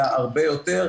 הרבה יותר.